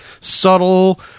subtle